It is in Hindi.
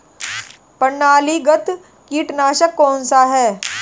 प्रणालीगत कीटनाशक कौन सा है?